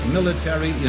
Military